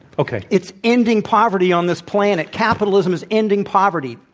okay. it's ending poverty on this planet. capitalism is ending poverty.